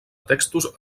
textos